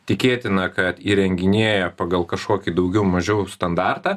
tikėtina kad įrenginėja pagal kažkokį daugiau mažiau standartą